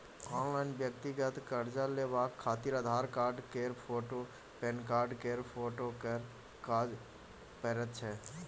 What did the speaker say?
online व्यक्तिगत कर्जा लेबाक खातिर आधार कार्ड केर फोटु, पेनकार्ड केर फोटो केर काज परैत छै